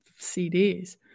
cds